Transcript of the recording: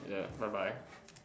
ya bye bye